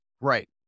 Right